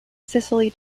cicely